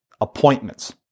appointments